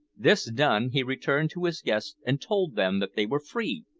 this done he returned to his guests and told them that they were free,